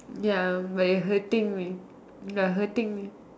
ya but you are hurting me you are hurting me